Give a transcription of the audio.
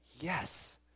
yes